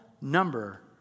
number